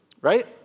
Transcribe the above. right